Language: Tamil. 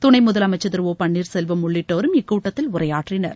துணை முதலமைச்சர் திரு ஒ பன்னீர்செல்வம் உள்ளிட்டோரும் இக்கூட்டத்தில் உரையாற்றினர்